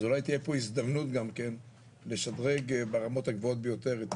אז אולי תהיה פה הזדמנות גם לשדרג ברמות הגבוהות ביותר את